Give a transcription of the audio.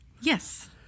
yes